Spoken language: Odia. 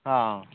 ହଁ